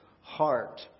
heart